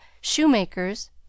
shoemakers